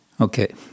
Okay